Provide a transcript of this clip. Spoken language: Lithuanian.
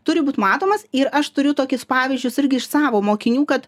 turi būt matomas ir aš turiu tokius pavyzdžius irgi iš savo mokinių kad